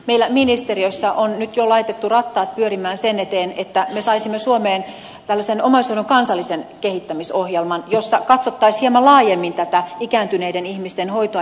meillä ministeriössä on nyt jo laitettu rattaat pyörimään sen eteen että me saisimme suomeen omaishoidon kansallisen kehittämisohjelman jossa katsottaisiin hieman laajemmin tätä ikääntyneiden ihmisten hoitoa ja hoivaa